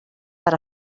per